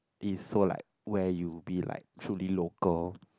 is so like where you be like fully local